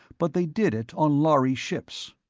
but they did it on lhari ships.